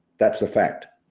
that's a fact.